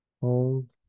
Hold